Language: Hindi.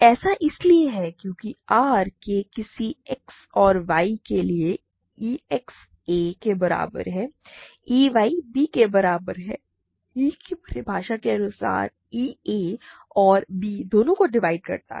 ऐसा इसलिए है क्योंकि R के किसी x और y के लिए ex a के बराबर है ey b के बराबर है e की परिभाषा के अनुसार e a और b दोनों को डिवाइड करता है